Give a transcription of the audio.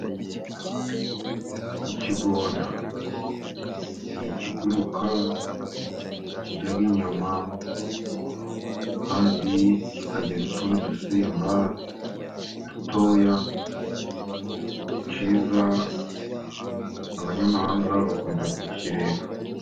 Ikigona n'ikiguruka kirya inyama, kandi kikarya n'utundi dusimba dutoya, ni cyiza abanyamahanga bakunda kukireba.